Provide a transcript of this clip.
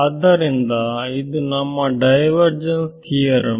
ಆದ್ದರಿಂದ ಇದು ನಮ್ಮ ಡೈವರ್ ಜೆನ್ಸ್ ಥಿಯರಂ